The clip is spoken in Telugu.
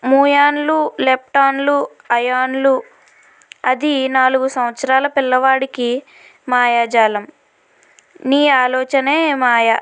మూయాన్లు లెప్టాన్లు అయాన్లు అది ఈ నాలుగు సంవత్సరాల పిల్లవాడికి మాయాజాలం నీ ఆలోచనే మాయ